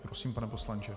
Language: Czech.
Prosím, pane poslanče.